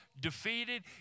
defeated